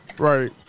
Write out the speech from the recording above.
Right